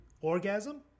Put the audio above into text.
orgasm